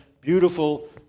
beautiful